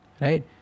Right